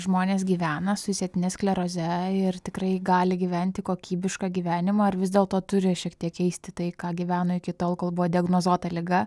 žmonės gyvena su išsėtine skleroze ir tikrai gali gyventi kokybišką gyvenimą ar vis dėlto turi šiek tiek keisti tai ką gyveno iki tol kol buvo diagnozuota liga